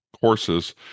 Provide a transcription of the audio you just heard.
courses